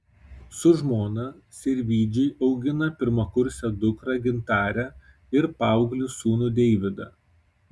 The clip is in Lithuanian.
su žmona sirvydžiai augina pirmakursę dukrą gintarę ir paauglį sūnų deividą